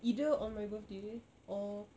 either on my birthday or